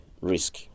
risk